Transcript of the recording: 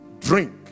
drink